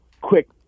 quick